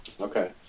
Okay